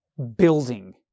building